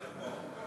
נכון.